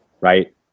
right